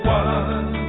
one